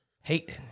Hate